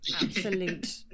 absolute